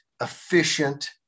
efficient